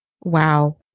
wow